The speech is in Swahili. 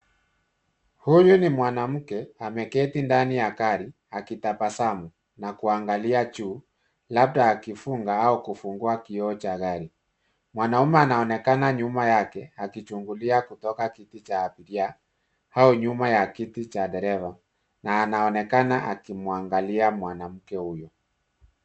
Huyu ni mwanamke ,ameketi ndani ya gari akitabasamu na kuangalia juu labda akifunga au kufungua kioo cha gari. Mwanaume anaonekana nyuma yake akichungulia kutoka kiti cha abiria au nyuma ya kiti cha dereva na anaonekana akimwangalia mwanamke huyu.